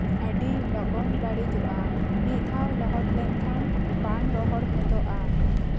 ᱟᱹᱰᱤ ᱞᱚᱜᱚᱱ ᱵᱟᱹᱲᱤᱡᱚᱜᱼᱟᱢᱤᱫ ᱫᱷᱟᱣ ᱞᱚᱦᱚᱫ ᱞᱮᱱᱠᱷᱟᱱ ᱵᱟᱝ ᱨᱚᱦᱚᱲ ᱦᱚᱫᱚᱜᱼᱟ